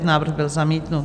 Návrh byl zamítnut.